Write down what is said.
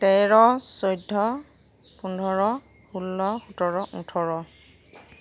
তেৰ চৈধ্য পোন্ধৰ ষোল্ল সোতৰ ওঠৰ